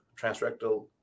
transrectal